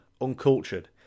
uncultured